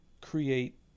create